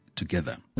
together